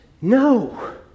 No